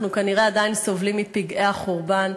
אנחנו כנראה עדיין סובלים מפגעי החורבן.